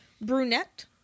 Brunette